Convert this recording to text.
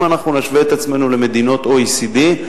אם נשווה עצמנו למדינות ה-OECD,